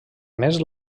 més